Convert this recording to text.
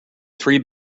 three